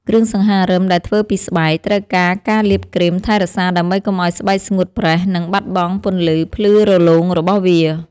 គ្រឿងសង្ហារឹមដែលធ្វើពីស្បែក ត្រូវការការលាបគ្រីមថែរក្សាដើម្បីកុំឱ្យស្បែកស្ងួតប្រេះ និងបាត់បង់ពន្លឺភ្លឺរលោងរបស់វា។